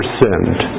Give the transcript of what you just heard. sinned